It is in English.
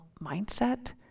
mindset